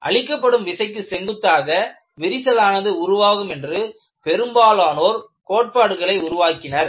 அளிக்கப்படும் விசைக்கு செங்குத்தாக விரிசல் ஆனது உருவாகும் என்று பெரும்பாலானோர் கோட்பாடுகளை உருவாக்கினர்